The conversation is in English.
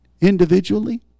individually